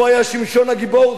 פה היה שמשון הגיבור,